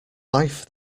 life